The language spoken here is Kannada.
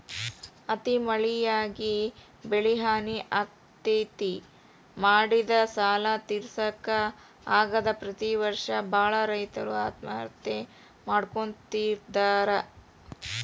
ಅತಿ ಮಳಿಯಾಗಿ ಬೆಳಿಹಾನಿ ಆಗ್ತೇತಿ, ಮಾಡಿದ ಸಾಲಾ ತಿರ್ಸಾಕ ಆಗದ ಪ್ರತಿ ವರ್ಷ ಬಾಳ ರೈತರು ಆತ್ಮಹತ್ಯೆ ಮಾಡ್ಕೋತಿದಾರ